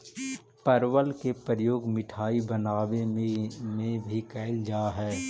परवल के प्रयोग मिठाई बनावे में भी कैल जा हइ